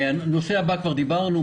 הנושא הבא כבר דיברנו,